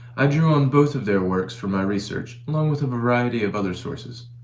i drew on both of their works for my research, along with a variety of other sources.